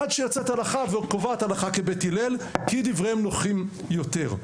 עד שיוצאת הלכה וקובעת הלכה כבית הלל כי דבריהם נוחים יותר.